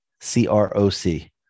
C-R-O-C